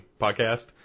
podcast